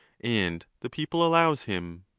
and the people allows him.